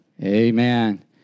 amen